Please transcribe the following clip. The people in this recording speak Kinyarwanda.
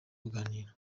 kuganira